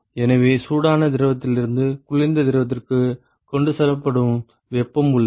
எனவே சூடான திரவத்திலிருந்து குளிர்ந்த திரவத்திற்கு கொண்டு செல்லப்படும் வெப்பம் உள்ளது